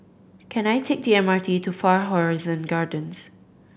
can I take the M R T to Far Horizon Gardens